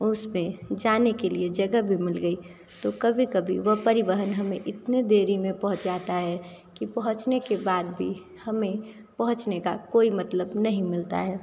उस पर जाने के लिए जगह भी मिल गई तो कभी कभी वो परिवहन हमें इतनी देरी में पहुंचाता है कि पहुंचने के बाद भी हमें पहुंचने का कोई मतलब नहीं मिलता है